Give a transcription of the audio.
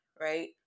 right